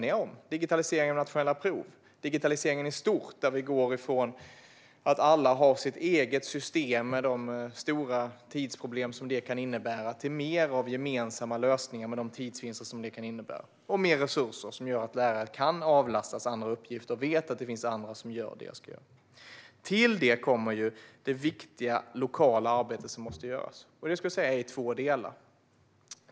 Några exempel är digitaliseringen av nationella prov, digitaliseringen i stort, där vi går ifrån att alla har sitt eget system, med de stora tidsproblem som det kan innebära, till mer av gemensamma lösningar med de tidsvinster som det kan innebära och mer resurser som gör att lärare kan avlastas andra uppgifter och vet att det finns andra som gör det man ska göra. Till detta kommer det viktiga lokala arbete som måste göras, och det skulle jag säga är i två delar.